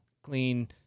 clean